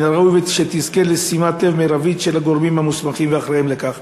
מן הראוי שתזכה לשימת לב מרבית של הגורמים המוסמכים והאחראים לכך".